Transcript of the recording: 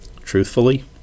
Truthfully